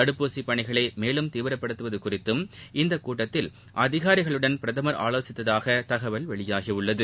தடுப்பூசி பணிகளை மேலும் தீவிரப்படுத்துவது குறித்தும் இக்கூட்டத்தில் அதிகாரிகளுடன் பிரதமர் ஆலோசித்ததாக தகவல் வெளியாகியுள்ளது